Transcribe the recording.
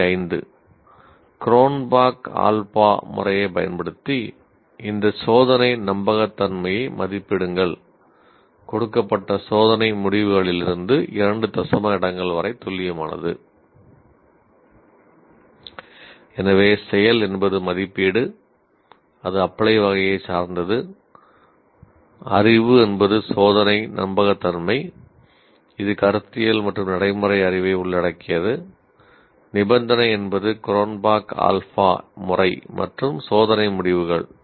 மாதிரி 5 Cronbach alpha முறை மற்றும் சோதனை முடிவுகள்